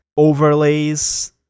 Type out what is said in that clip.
overlays